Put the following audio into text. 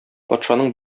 патшаның